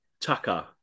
Tucker